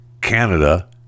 Canada